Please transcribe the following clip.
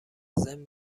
ضمن